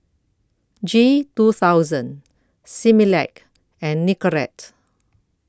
G two thousand Similac and Nicorette